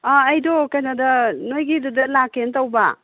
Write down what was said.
ꯑꯩꯗꯣ ꯀꯩꯅꯣꯗ ꯅꯣꯏꯒꯤꯗꯨꯗ ꯂꯥꯛꯀꯦꯅ ꯇꯧꯕ